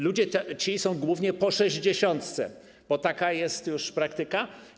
Ludzie ci są głównie po 60., bo taka jest już praktyka.